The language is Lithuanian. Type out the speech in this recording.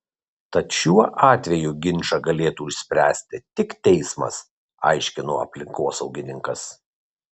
tad šiuo atveju ginčą galėtų išspręsti tik teismas aiškino aplinkosaugininkas